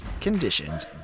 conditions